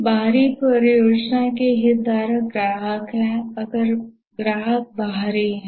बाहरी परियोजना के हितधारक ग्राहक हैं अगर ग्राहक बाहरी हैं